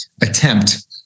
attempt